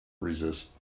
resist